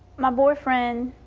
my boyfriend